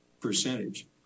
percentage